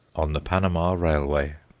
on the panama railway.